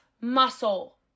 muscle